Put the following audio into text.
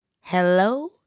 hello